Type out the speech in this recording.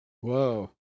Whoa